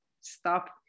stop